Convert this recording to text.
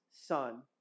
son